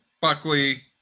buckley